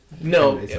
No